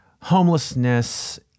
homelessness